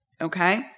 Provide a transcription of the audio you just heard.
Okay